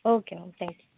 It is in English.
okay ma'am thank you